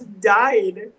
died